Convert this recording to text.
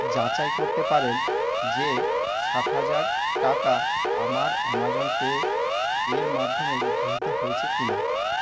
যাচাই করতে পারেন যে সাত হাজার টাকা আমার অ্যামাজন পে এর মাধ্যমে গৃহীত হয়েছে কি না